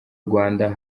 rwanda